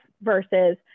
versus